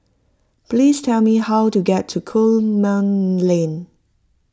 please tell me how to get to Coleman Lane